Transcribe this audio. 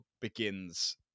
begins